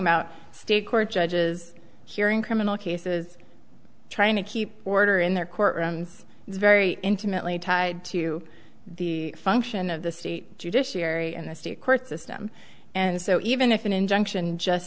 about state court judges hearing criminal cases trying to keep order in their courtrooms it's very intimately tied to the function of the state judiciary and the state court system and so even if an injunction just